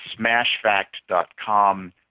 SmashFact.com